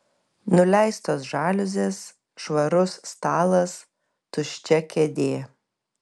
nuleistos žaliuzės švarus stalas tuščia kėdė